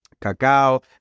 cacao